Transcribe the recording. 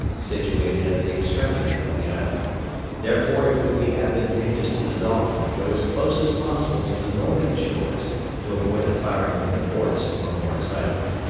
situated at the extremity of the island therefore it would be advantageous to the dolphin to go as close as possible to the northern shores to avoid the firing from the forts on morris island.